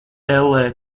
ellē